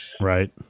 Right